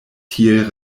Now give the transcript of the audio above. tiel